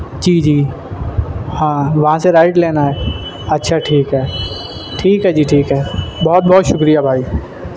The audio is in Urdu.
جی جی ہاں وہاں سے رائٹ لینا ہے اچھا ٹھیک ہے ٹھیک ہے جی ٹھیک ہے بہت بہت شکریہ بھائی